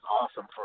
awesome